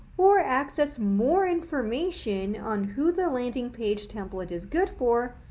or access more information on who the landing page template is good for,